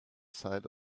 side